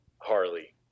Harley